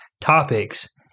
topics